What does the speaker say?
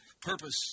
purpose